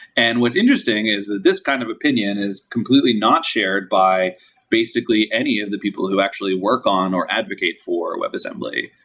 and what's interesting is that this kind of opinion is completely not shared by basically any of the people who actually work on or advocate for websssembly.